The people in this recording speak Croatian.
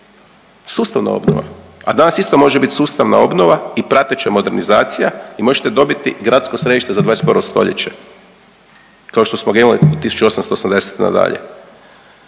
sustavna obnova, a danas isto može biti sustavna obnova i prateća modernizacija i možete dobiti gradsko središte za 21 stoljeće kao što smo ga imali 1880. na dalje.